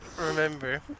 remember